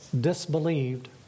disbelieved